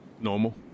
Normal